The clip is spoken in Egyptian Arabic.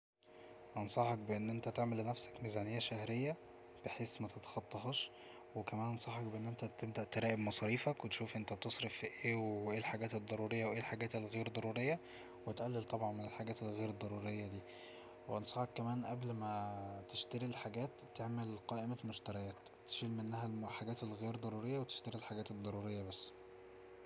أنصحك بأنك تعمل لنفسك ميزانية شهرية بحيث ما تتخطاهاش وكمان انصحك بأنك تبدأ تراجع مصاريفك وتشوف انت بتصرف في اي واي الحاجات الضرورية واي الحاجات الغير ضرورية وتقلل طبعا الحاجات الغير ضرورية دي وأنصحك كمان قبل ما تشتري الحاجات تعمل قائمة مشتريات تشيل الحاجات الغير ضرورية وتشتري الحاجات الضرورية بس